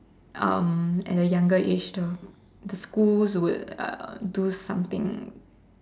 um at the younger age the the schools would uh do something